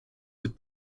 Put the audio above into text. would